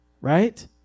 right